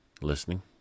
listening